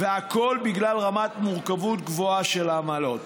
והכול בגלל רמת מורכבות גבוהה של עמלות.